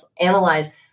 analyze